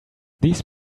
these